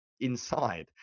inside